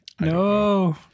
No